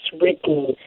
written